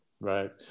Right